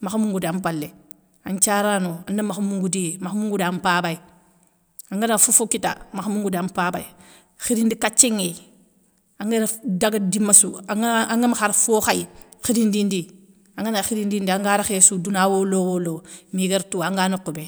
makha moungou da mpalé an nthiarano anamakha moungou diya makha moungou da mpabay angana fofokita makh moungou da mpabay khirindi kathié nŋey anguér daga dima sou angana angam khar fo khay, khirindindi, angana khirindindi anga rékhé sou douna wo lowolo, miguér tou anga nokhou bé